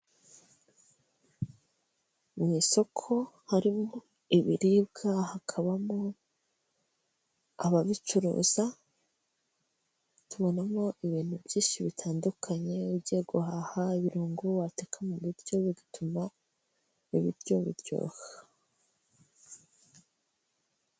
Mu isoko harimo ibiribwa, hakabamo ababicuruza, tubonamo ibintu byinshi bitandukanye ugiye guhaha ibirungo wateka mu biryo bigatuma ibiryo biryoha.